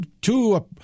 two